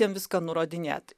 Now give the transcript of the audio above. jiem viską nurodinėti